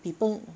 people